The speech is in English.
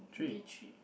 B three